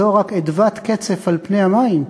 זה לא רק אדוות קצף על פני המים.